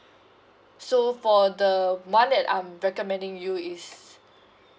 so for the one that I'm recommending you is